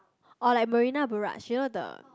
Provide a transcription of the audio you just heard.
or like Marina-Barrage you know the